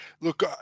look